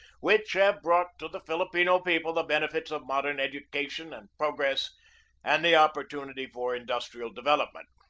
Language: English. which have brought to the filipino people the benefits of modern education and progress and the opportunity for industrial development.